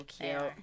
cute